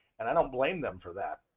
and i don't blame them for that,